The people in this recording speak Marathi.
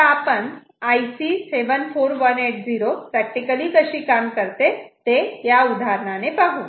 तर आता आपण IC 74180 प्रॅक्टिकली कशी काम करते ते या उदाहरणाने पाहू